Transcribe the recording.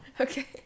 okay